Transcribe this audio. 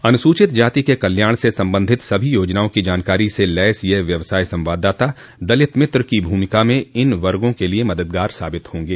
अनुसूचित जाति के कल्याण से संबंधित सभी योजनाओं की जानकारी से लैस यह व्यवसाय संवाददाता दलित मित्र की भूमिका में इन वर्गो के लिए मददगार साबित होंगे